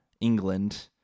England